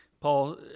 Paul